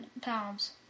pounds